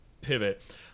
pivot